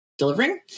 Delivering